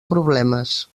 problemes